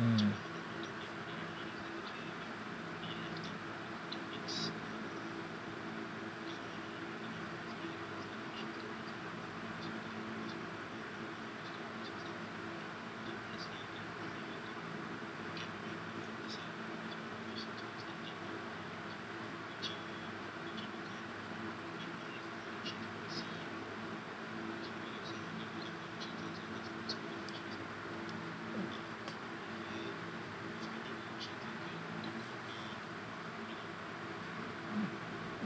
mm